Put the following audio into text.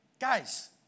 Guys